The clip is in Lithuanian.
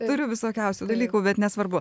turiu visokiausių dalykų bet nesvarbu